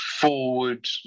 forward